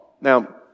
Now